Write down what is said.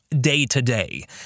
day-to-day